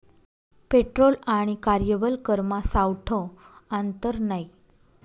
petrol आणि कार्यबल करमा सावठं आंतर नै